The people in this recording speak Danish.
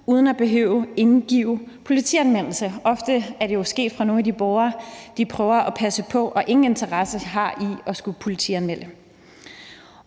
uden at behøve indgive politianmeldelse. Ofte er volden jo sket fra nogle af de borgeres side, som de prøver at passe på, og som de ingen interesse har i at skulle politianmelde.